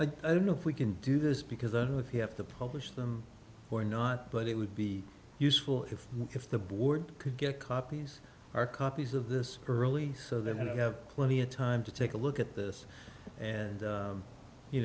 i don't know if we can do this because i know if you have to publish them or not but it would be useful if if the board could get copies or copies of this early so that you have plenty of time to take a look at this and